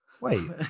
Wait